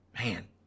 Man